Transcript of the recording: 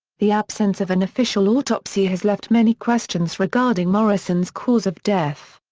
the absence of an official autopsy has left many questions regarding morrison's cause of death.